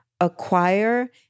acquire